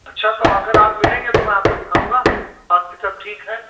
अच्छा तो अगर आप मिलेंगे तो मैं आपको दिखाऊँगा बाकी सब ठीक है